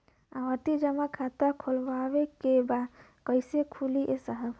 आवर्ती जमा खाता खोलवावे के बा कईसे खुली ए साहब?